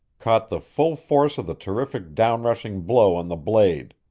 caught the full force of the terrific down-rushing blow on the blade.